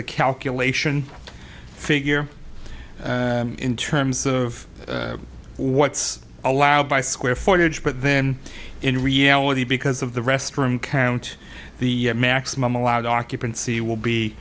a calculation figure in terms of what's allowed by square footage but then in reality because of the restroom count the maximum allowed occupancy